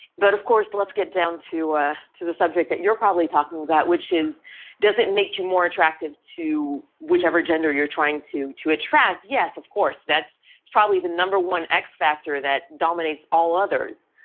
but of course let's get down to ah to the subject that you're probably talking about which is does it make you more attractive to whichever gender you're trying to to attract, yes, of course. that's probably the number one x-factor that dominates all others,